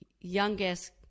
youngest